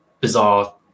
bizarre